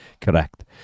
Correct